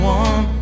one